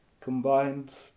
combined